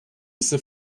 ise